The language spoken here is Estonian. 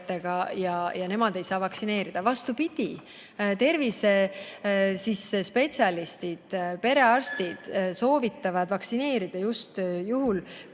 et nemad ei saa vaktsineerida. Vastupidi, tervisespetsialistid, sh perearstid, soovitavad vaktsineerida just juhul,